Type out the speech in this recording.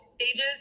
stages